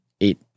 eight